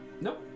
Nope